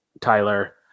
Tyler